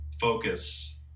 focus